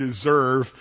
deserve